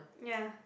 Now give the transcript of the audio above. ya